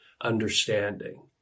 understanding